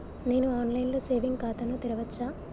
నేను online లో saving ఖాతా ను తెరవచ్చా?